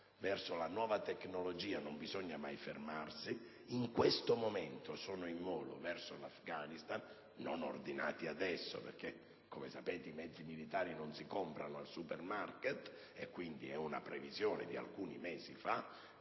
verso la nuova tecnologia non bisogna mai fermarsi, sono attualmente in volo verso l'Afghanistan (e non certo ordinati ora, perché, come sapete, i mezzi militari non si comprano al supermarket, ma in base a una previsione di alcuni mesi fa)